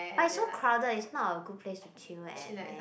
but it's so crowded it's not a good place to chill at leh